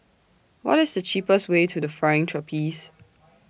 What IS The cheapest Way to The Flying Trapeze